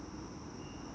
okay